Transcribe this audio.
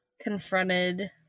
confronted